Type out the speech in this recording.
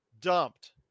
dumped